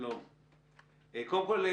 קודם כול,